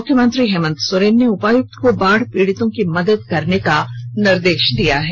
मुख्यमंत्री हेमन्त सोरेन ने उपायुक्त को बाढ़ पीड़ितों की मदद करने का निर्देश दिया है